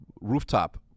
rooftop